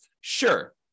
Sure